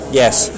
Yes